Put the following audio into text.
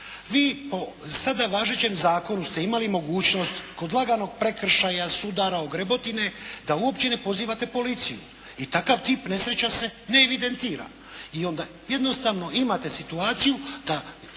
po sada važećem zakonu ste imali mogućnost kod laganog prekršaja, sudara, ogrebotine da uopće ne pozivate policiju i takav tip nesreća se ne evidentira i onda jednostavno imate situaciju da